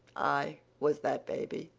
i was that baby.